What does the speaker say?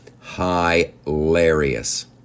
hilarious